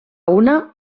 una